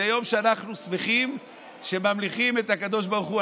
זה יום שאנחנו שמחים שממליכים את הקדוש ברוך הוא.